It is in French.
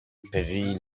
prit